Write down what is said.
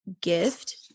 gift